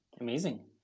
Amazing